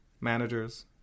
managers